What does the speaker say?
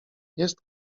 jest